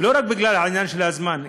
לא רק בגלל העניין של הזמן,